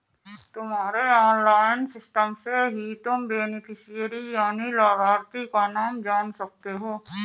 तुम्हारे online system से ही तुम बेनिफिशियरी यानि लाभार्थी का नाम जान सकते हो